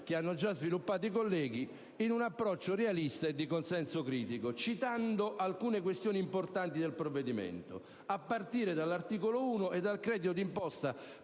riflessione già sviluppata dai colleghi, in un approccio realista e di consenso critico, citando alcune questioni importanti del provvedimento. A partire dall'articolo 1 e dal credito d'imposta